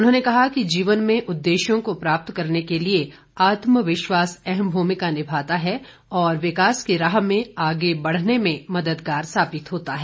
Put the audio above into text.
उन्होंने कहा कि जीवन में उद्देश्यों को प्राप्त करने के लिए आत्म विश्वास अहम भूमिका निमाता है और विकास की राह में आगे बढ़ने में मददगार साबित होता है